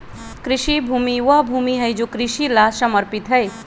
कृषि भूमि वह भूमि हई जो कृषि ला समर्पित हई